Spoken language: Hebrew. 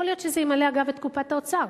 יכול להיות שזה ימלא, אגב, את קופת האוצר,